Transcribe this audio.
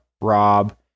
Rob